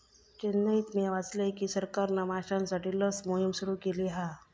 चेन्नईत मिया वाचलय की सरकारना माश्यांसाठी लस मोहिम सुरू केली हा